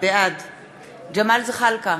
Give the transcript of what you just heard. בעד ג'מאל זחאלקה,